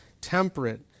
temperate